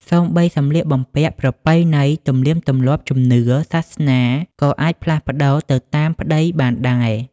សូម្បីសម្លៀកបំពាក់ ប្រពៃណី ទំនៀមទម្លាប់ ជំនឿ សាសនាក៏អាចផ្លាល់ប្តូរទៅតាមប្តីបានដែរ។